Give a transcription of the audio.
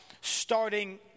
Starting